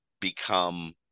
become